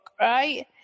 right